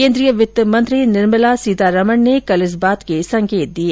केन्द्रीय वित्त मंत्री निर्मला सीतारमण ने कल इस बात के संकेत दिए